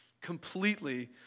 completely